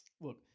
Look